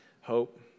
hope